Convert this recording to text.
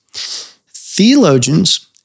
theologians